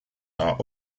are